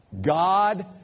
God